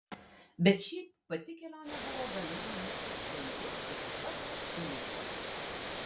bet šiaip pati kelionė buvo gana rami ir sklandi iki pat tbilisio